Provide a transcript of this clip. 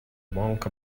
monk